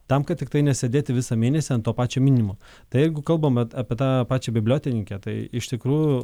tam kad tiktai nesėdėti visą mėnesį ant to pačio minimumo tai jeigu kalbame apie tą pačią bibliotekininkę tai iš tikrųjų